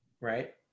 Right